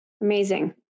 amazing